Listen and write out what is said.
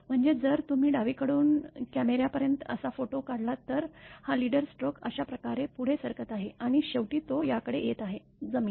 म्हणजे जर तुम्ही डावीकडून कॅमे यापर्यंत असा फोटो काढलात तर हा लीडर स्ट्रोक अशा प्रकारे पुढे सरकत आहे आणि शेवटी तो याकडे येत आहे जमीन